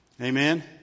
Amen